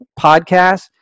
podcast